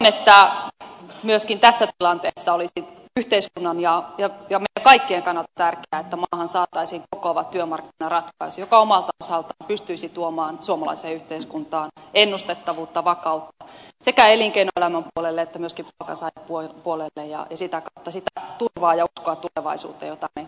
uskon että myöskin tässä tilanteessa olisi yhteiskunnan ja meidän kaikkien kannalta tärkeää että maahan saataisiin kokoava työmarkkinaratkaisu joka omalta osaltaan pystyisi tuomaan suomalaiseen yhteiskuntaan ennustettavuutta vakautta sekä elinkeinoelämän puolelle että myöskin palkansaajapuolelle ja sitä kautta sitä turvaa ja uskoa tulevaisuuteen jota me tässä ajassa tarvitsemme